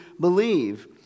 believe